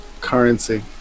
currency